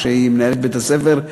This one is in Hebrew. שהיא מנהלת בית-הספר,